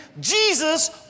Jesus